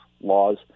laws